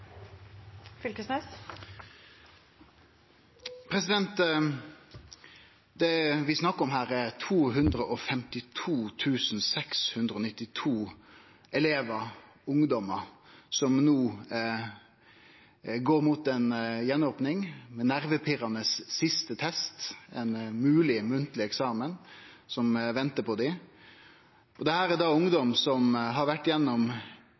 Det vi snakkar om her, er 252 692 elevar, ungdomar, som no går mot ei gjenopning, ein nervepirrande siste test, ein mogleg munnleg eksamen som ventar på dei. Dette er ungdom som har vore gjennom